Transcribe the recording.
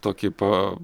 tokį pa